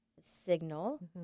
signal